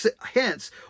hence